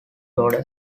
order